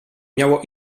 miało